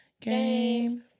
game